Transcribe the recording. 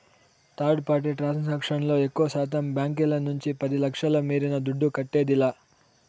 third party transaction లో ఎక్కువశాతం బాంకీల నుంచి పది లచ్ఛల మీరిన దుడ్డు కట్టేదిలా